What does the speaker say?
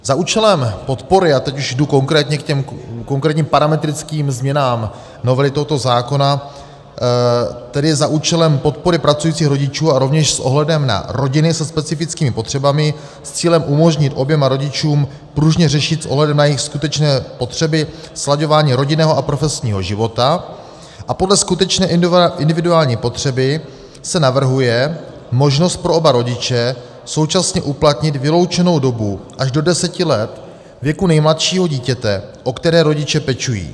Za účelem podpory, a teď už jdu ke konkrétním parametrickým změnám novely tohoto zákona, tedy za účelem podpory pracujících rodičů a rovněž s ohledem na rodiny se specifickými potřebami s cílem umožnit oběma rodičům pružně řešit s ohledem na jejich skutečné potřeby slaďování rodinného a profesního života, a podle skutečné individuální potřeby se navrhuje možnost pro oba rodiče současně uplatnit vyloučenou dobu až do deseti let věku nejmladšího dítěte, o které rodiče pečují.